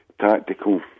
tactical